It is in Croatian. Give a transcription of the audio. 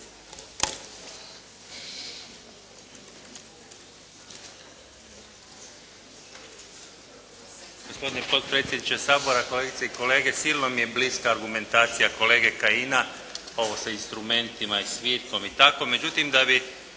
Gospodine potpredsjedniče Sabora, kolegice i kolege. Silno mi je bliska argumentacija kolege Kajina, ovo sa instrumentima i svirkom i tako.